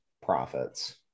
profits